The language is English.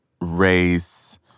race